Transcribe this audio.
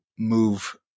move